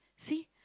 see